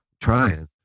Trying